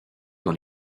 dans